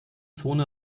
zone